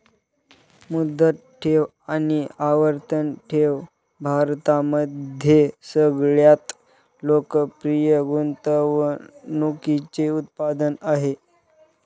मुदत ठेव आणि आवर्ती ठेव भारतामध्ये सगळ्यात लोकप्रिय गुंतवणूकीचे उत्पादन आहे